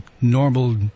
normal